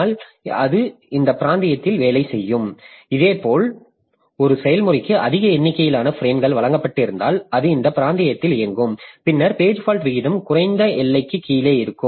எனவே அது இந்த பிராந்தியத்தில் வேலை செய்யும் இதேபோல் ஒரு செயல்முறைக்கு அதிக எண்ணிக்கையிலான பிரேம்கள் வழங்கப்பட்டிருந்தால் அது இந்த பிராந்தியத்தில் இயங்கும் பின்னர் பேஜ் ஃபால்ட் விகிதம் குறைந்த எல்லைக்கு கீழே இருக்கும்